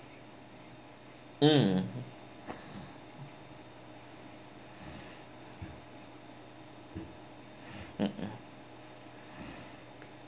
mm mmhmm